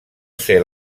ser